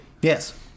Yes